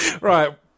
Right